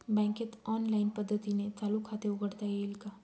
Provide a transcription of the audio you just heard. बँकेत ऑनलाईन पद्धतीने चालू खाते उघडता येईल का?